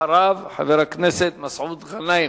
אחריו, חבר הכנסת מסעוד גנאים.